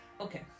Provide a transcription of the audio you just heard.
okay